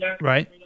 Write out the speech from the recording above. Right